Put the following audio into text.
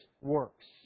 works